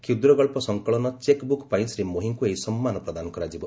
କ୍ଷୁଦ୍ରଗଞ୍ଚ ସଙ୍କଳନ 'cheque book' ପାଇଁ ଶ୍ରୀ ମୋହିଙ୍କୁ ଏହି ସମ୍ମାନ ପ୍ରଦାନ କରାଯିବ